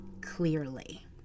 clearly